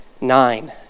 nine